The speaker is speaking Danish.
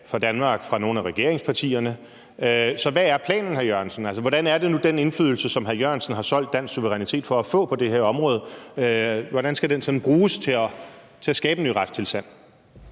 fra nogen af regeringspartierne. Så hvad er planen, hr. Jan E. Jørgensen? Hvordan er det nu, den indflydelse, som hr. Jan E. Jørgensen har solgt dansk suverænitet for at få på det her område, skal bruges til at skabe en ny retstilstand?